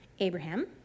Abraham